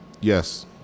Yes